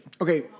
Okay